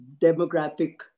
demographic